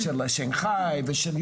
ואני מאוד מעריך שהגעתם לכאן.